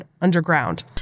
underground